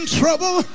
trouble